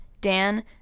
Dan